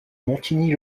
montigny